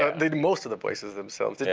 they do most of the voices themselves. yeah